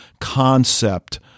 concept